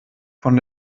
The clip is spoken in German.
von